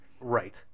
Right